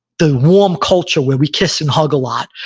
the warm culture where we kiss and hug a lot.